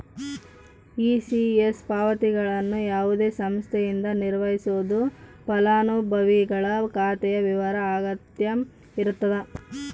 ECS ಪಾವತಿಗಳನ್ನು ಯಾವುದೇ ಸಂಸ್ಥೆಯಿಂದ ನಿರ್ವಹಿಸ್ಬೋದು ಫಲಾನುಭವಿಗಳ ಖಾತೆಯ ವಿವರ ಅಗತ್ಯ ಇರತದ